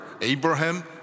Abraham